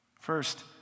First